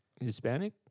Hispanic